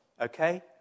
okay